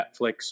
Netflix